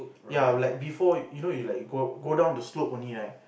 ya I would like before you you know you go down the slope only right